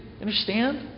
Understand